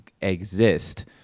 exist